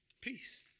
peace